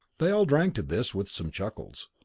they all drank to this, with some chuckles.